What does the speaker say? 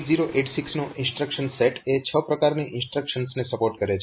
8086 નો instruction set એ છ પ્રકારની ઇન્સ્ટ્રક્શન્સને સપોર્ટ કરે છે